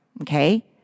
okay